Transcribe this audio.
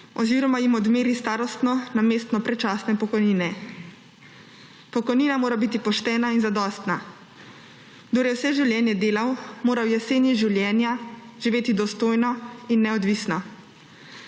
oziroma jim odmeri starostno namesto predčasne pokojnine. Pokojnina mora biti poštena in zadostna. Kdor je vse življenje delal, mora v jeseni življenja živeti dostojno in neodvisno.